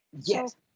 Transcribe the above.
Yes